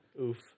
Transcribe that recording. oof